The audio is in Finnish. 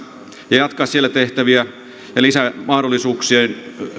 ja se että siellä jatketaan tehtäviä lisämahdollisuuksien